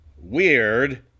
weird